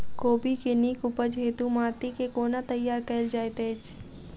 कोबी केँ नीक उपज हेतु माटि केँ कोना तैयार कएल जाइत अछि?